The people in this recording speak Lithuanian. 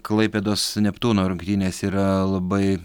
klaipėdos neptūno rungtynės yra labai